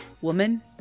woman